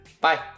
Bye